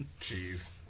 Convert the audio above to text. Jeez